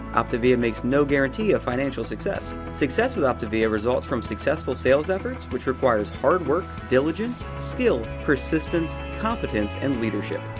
optavia makes no guarantee of financial success. success with optavia results from successful sales efforts, which requires hard work, diligence, skill, persistence, competence and leadership.